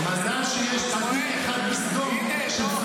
מזל שיש צדיק אחד בסדום -- הינה, אתה רואה?